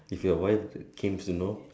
if your wife claims to know